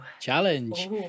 Challenge